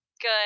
Good